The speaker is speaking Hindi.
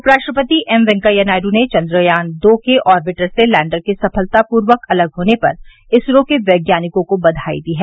उपराष्ट्रपति एम वेंकैया नायडू ने चन्द्रयान दो के ऑर्बिटर से लैण्डर के सफलतापूर्वक अलग होने पर इसरो के वैज्ञानिकों को बधाई दी है